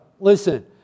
Listen